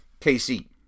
KC